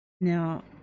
Now